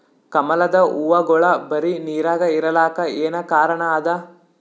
ಕಮಲದ ಹೂವಾಗೋಳ ಬರೀ ನೀರಾಗ ಇರಲಾಕ ಏನ ಕಾರಣ ಅದಾ?